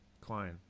Klein